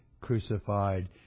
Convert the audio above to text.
crucified